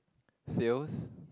sales